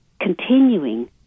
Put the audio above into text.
continuing